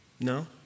no